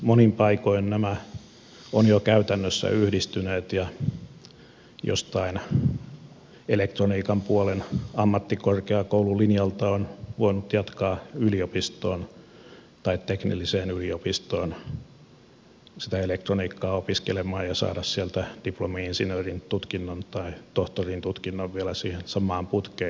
monin paikoin nämä ovat jo käytännössä yhdistyneet ja jostain elektroniikan puolen ammattikorkeakoulun linjalta on voinut jatkaa yliopistoon tai teknilliseen yliopistoon sitä elektroniikkaa opiskelemaan ja saada sieltä diplomi insinöörin tutkinnon tai tohtorin tutkinnon vielä siihen samaan putkeen